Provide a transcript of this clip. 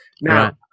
Now